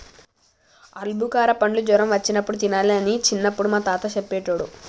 ఆల్బుకార పండ్లు జ్వరం వచ్చినప్పుడు తినాలి అని చిన్నపుడు మా తాత చెప్పేటోడు